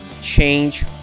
change